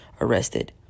arrested